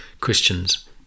Christians